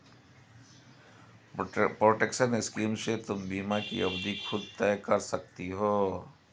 protection scheme से तुम बीमा की अवधि खुद तय कर सकती हो